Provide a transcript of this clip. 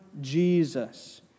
Jesus